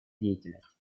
деятельность